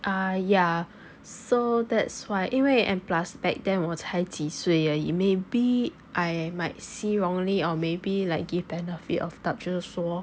uh ya so that's why 因为 and plus back then 我才几岁而已 maybe I might see wrongly or maybe like give benefit of doubt 就是说